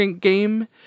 game